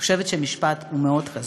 אני חושבת שזה משפט מאוד חזק.